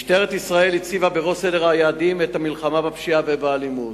משטרת ישראל הציבה בראש סדר היעדים את המלחמה בפשיעה ובאלימות.